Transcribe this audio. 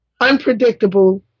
unpredictable